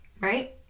right